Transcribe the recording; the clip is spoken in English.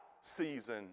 season